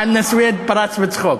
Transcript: חנא סוייד פרץ בצחוק,